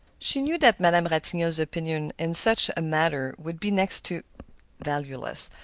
she knew that madame ratignolle's opinion in such a matter would be next to valueless,